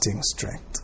strength